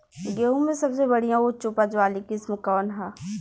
गेहूं में सबसे बढ़िया उच्च उपज वाली किस्म कौन ह?